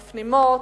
מפנימות,